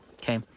okay